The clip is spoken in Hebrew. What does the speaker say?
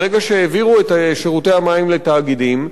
ברגע שהעבירו את שירותי המים לתאגידים,